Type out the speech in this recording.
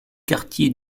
quartiers